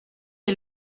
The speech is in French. est